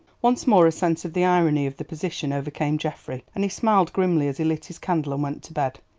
once more a sense of the irony of the position overcame geoffrey, and he smiled grimly as he lit his candle and went to bed.